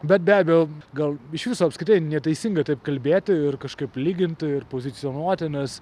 bet be abejo gal iš viso apskritai neteisinga taip kalbėti ir kažkaip lyginti ir pozicionuoti nes